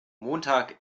montag